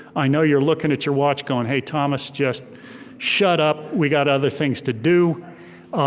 i know you're looking at your watch going, hey, thomas, just shut up, we got other things to do.